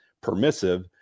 permissive